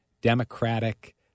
democratic